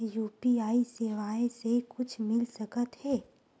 UPI सेवाएं से कुछु मिल सकत हे?